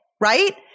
right